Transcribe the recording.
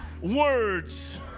words